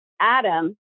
Adam